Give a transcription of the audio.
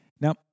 now